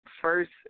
first